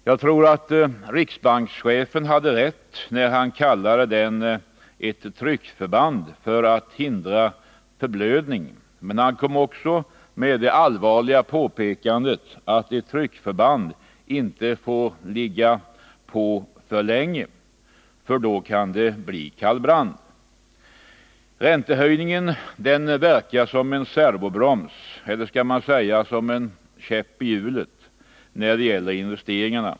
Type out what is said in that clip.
Jag tror att riksbankschefen hade rätt när han kallade den ”ett tryckförband för att hindra förblödning”. Men han kom också med det allvarliga påpekandet att ett tryckförband inte får ligga på alltför länge, för då kan det bli kallbrand. Räntehöjningen verkar som en servobroms — eller som en käpp i hjulet — när det gäller investeringarna.